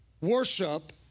worship